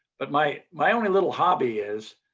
but my my only little hobby is